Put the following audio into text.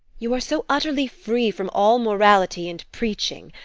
you are so utterly free from all morality and preaching,